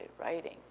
writing